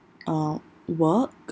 uh work